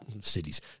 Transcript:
cities